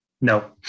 No